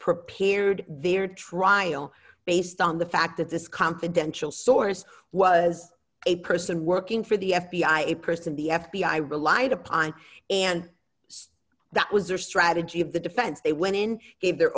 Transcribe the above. prepared their trial based on the fact that this confidential source was a person working for the f b i a person the f b i relied upon and that was their strategy of the defense they went in in their